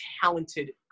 talented